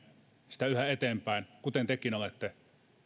sitä yhä eteenpäin kuten tekin olette